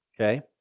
Okay